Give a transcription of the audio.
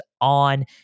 on